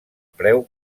preu